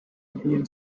built